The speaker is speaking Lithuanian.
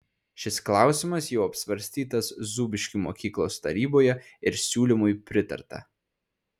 šis klausimas jau apsvarstytas zūbiškių mokyklos taryboje ir siūlymui pritarta